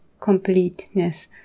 completeness